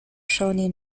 shawnee